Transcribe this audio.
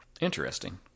Interesting